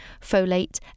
folate